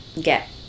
get